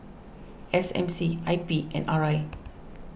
S M C I P and R I